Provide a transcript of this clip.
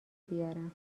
بیارم